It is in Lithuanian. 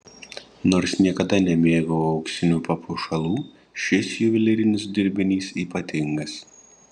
nors niekada nemėgau auksinių papuošalų šis juvelyrinis dirbinys ypatingas